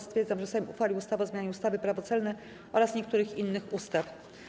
Stwierdzam, że Sejm uchwalił ustawę o zmianie ustawy - Prawo celne oraz niektórych innych ustaw.